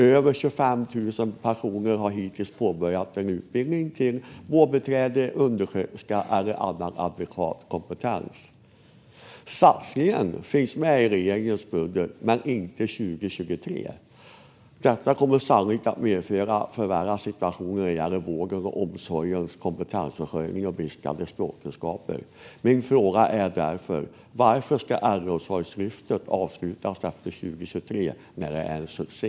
Över 25 000 personer har hittills påbörjat en utbildning till vårdbiträde, undersköterska eller annan adekvat kompetens. Satsningen finns med i regeringens budget men inte efter 2023. Detta kommer sannolikt att medföra en förvärrad situation när det gäller vårdens och omsorgens kompetensförsörjning och bristande språkkunskaper. Varför ska Äldreomsorgslyftet avslutas efter 2023 när det är en succé?